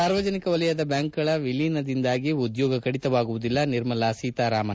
ಸಾರ್ವಜನಿಕ ಕ್ಷೇತ್ರದ ಬ್ಲಾಂಕ್ಗಳ ವಿಲೀನದಿಂದಾಗಿ ಉದ್ಲೋಗ ಕಡಿತವಾಗುವುದಿಲ್ಲ ನಿರ್ಮಲಾ ಒೕತಾರಾಮನ್